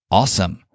awesome 、